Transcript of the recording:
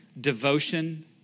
Devotion